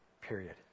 period